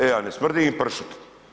E, a ne smrdi im pršut.